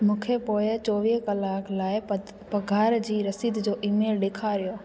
मूंखे पोएं चोवीह कलाक लाइ पघार जी रसीद जो ईमेल ॾेखारियो